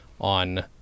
on